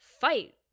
fight